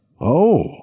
Oh